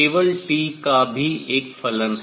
केवल T का भी एक फलन है